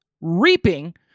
reaping